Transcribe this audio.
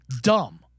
dumb